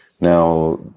Now